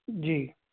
जी